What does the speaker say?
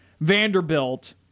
vanderbilt